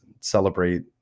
celebrate